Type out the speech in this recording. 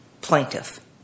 plaintiff